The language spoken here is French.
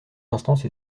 instances